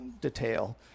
detail